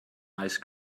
ice